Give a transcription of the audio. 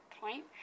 point